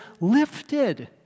lifted